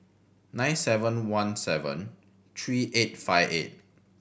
nine seven one seven three eight five eight